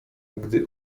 gdy